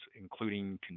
including